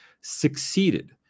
succeeded